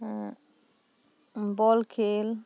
ᱮᱸ ᱵᱚᱞ ᱠᱷᱮᱞ